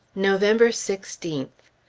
november sixteenth.